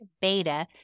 beta